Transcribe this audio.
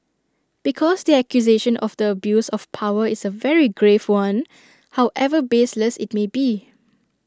because the accusation of the abuse of power is A very grave one however baseless IT may be